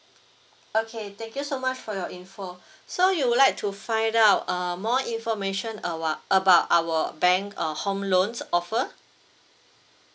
okay thank you so much for your info so you would like to find out err more information about what about our bank uh home loans offer